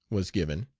was given,